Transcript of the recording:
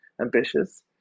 ambitious